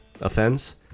offense